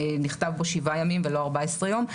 נכתבו פה שבעה ימים ולא 14 יום.